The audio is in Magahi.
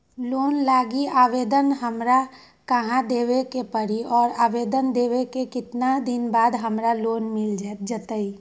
लोन लागी आवेदन हमरा कहां देवे के पड़ी और आवेदन देवे के केतना दिन बाद हमरा लोन मिल जतई?